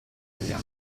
meglio